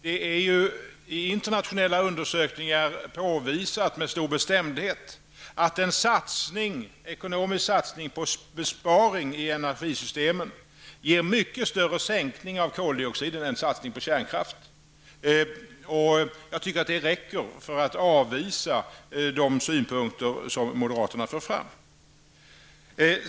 Det har i internationella undersökningar med stor bestämdhet påvisats att en ekonomisk satsning på besparing i energisystemen ger mycket större sänkning av koldioxidhalten än satsning på kärnkraft. Jag tycker att det räcker för att avvisa de synpunkter som moderaterna för fram.